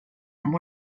amb